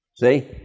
See